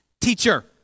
Teacher